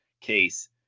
case